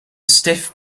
stiff